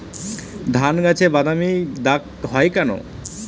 ধানগাছে বাদামী দাগ হয় কেন?